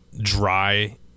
dry